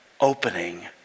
opening